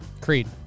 Creed